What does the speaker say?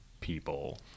people